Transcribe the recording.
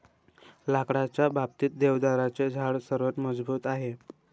लाकडाच्या बाबतीत, देवदाराचे झाड सर्वात मजबूत आहे